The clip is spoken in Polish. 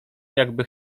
jakby